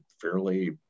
fairly